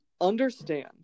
understand